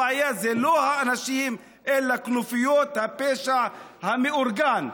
הבעיה זה לא האנשים אלא כנופיות הפשע המאורגן.